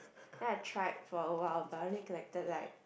then I tried for awhile but I only collected like